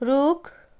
रुख